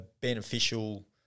beneficial